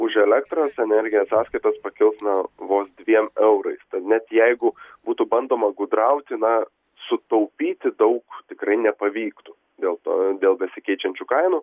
už elektros energiją sąskaitos pakils na vos dviem eurais net jeigu būtų bandoma gudrauti na sutaupyti daug tikrai nepavyktų dėl to dėl besikeičiančių kainų